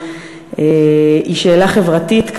היא שאלה חברתית,